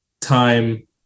Time